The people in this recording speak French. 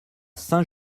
saint